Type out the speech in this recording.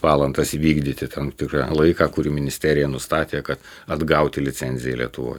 valandas įvykdyti tam tikrą laiką kurį ministerija nustatė kad atgauti licenziją lietuvoj